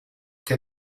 che